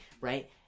right